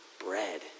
bread